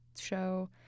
show